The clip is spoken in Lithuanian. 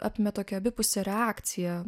apėmė tokia abipusė reakcija